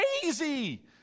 crazy